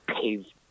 paved